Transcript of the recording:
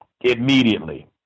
immediately